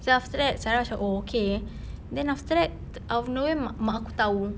then after that sarah macam oh okay then after that out of nowhere mak aku tahu